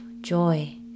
joy